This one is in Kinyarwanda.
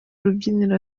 rubyiniro